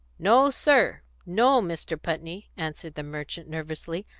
no, sir no, mr. putney, answered the merchant nervously.